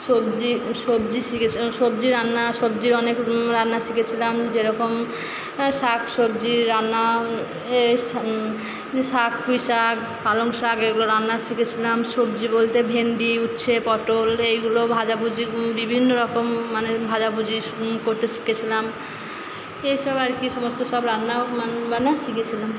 সবজি সবজি শিখেছিলাম সবজি রান্না সব্জির অনেক রান্না শিখেছিলাম যেরকম শাকসবজির রান্না শাক পুঁইশাক পালংশাক এগুলো রান্না শিখেছিলাম সবজি বলতে ভেন্ডি উচ্ছে পটল এইগুলো ভাজাভুজি বিভিন্নরকম মানে ভাজাভুজি করতে শিখেছিলাম এসব আর কি সমস্তসব রান্নাও মানে শিখেছিলাম